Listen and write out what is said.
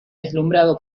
deslumbrado